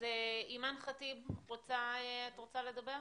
אימאן ח'טיב, את רוצה לדבר?